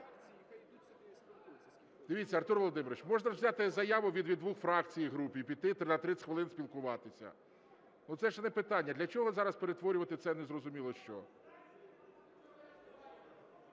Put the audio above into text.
Дивіться, Артур Володимирович, можна ж взяти заяву від двох фракцій і груп і піти на 30 хвилин спілкуватися, це ж не питання. Для чого зараз перетворювати це в незрозуміло що?